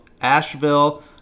Asheville